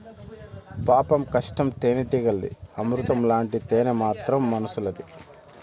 పాపం కష్టం తేనెటీగలది, అమృతం లాంటి తేనె మాత్రం మనుసులది